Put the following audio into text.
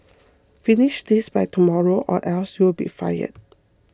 finish this by tomorrow or else you'll be fired